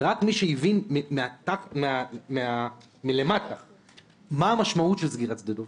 ורק מי שהבין מלמטה באמת מה המשמעות של סגירת שדה דב לא